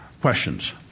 questions